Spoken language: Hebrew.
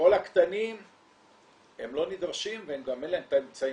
כל הקטנים הם לא נדרשים וגם אין להם את הכסף.